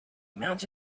mounted